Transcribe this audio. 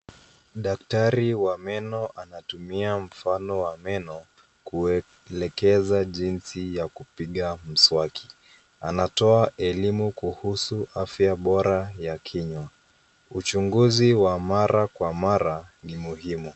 Daktari wa meno anatumia mfano wa meno kuelekeza jinsi ya kupiga mswaki. Anatoa elimu kuhusu afya bora ya kinywa. Uchunguzi wa mara kwa mara ni muhimu.